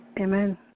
Amen